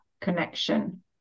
connection